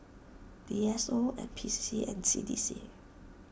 D S O N P C C and C D C